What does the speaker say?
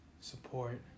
support